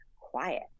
quiet